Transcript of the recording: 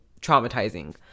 traumatizing